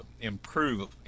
improve